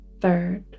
third